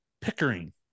Pickering